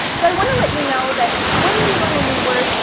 so i wanna let you know that when you learn a new word,